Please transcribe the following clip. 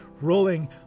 rolling